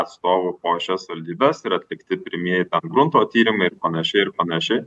atstovų po šias savivaldybes ir atlikti pirmieji ten grunto tyrimai ir panašiai ir panašiai